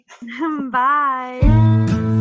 Bye